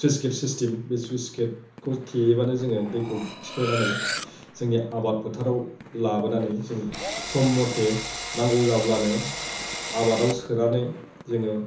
sluice gate system बे sluice गेटखौ थेयोबानो जोङो दैखौ थिखोनानै जोंनि आबाद फोथाराव लाबोनानै जों सम मथे नांगौ जाब्लानो आबादाव सोनानै जोङो